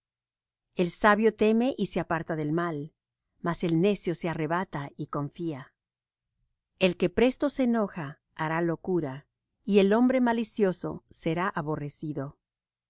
el sabio teme y se aparta del mal mas el necio se arrebata y confía el que presto se enoja hará locura y el hombre malicioso será aborrecido los